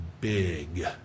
big